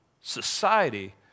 Society